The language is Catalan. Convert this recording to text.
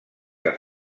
que